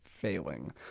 failing